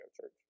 church